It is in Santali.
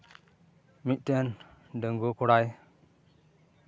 ᱢᱤᱫᱴᱮᱱ ᱰᱟᱺᱜᱩᱣᱟᱹ ᱠᱚᱲᱟᱭ